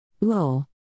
Lol